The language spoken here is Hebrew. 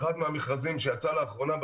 אחד מהמכרזים שיצא לאחרונה,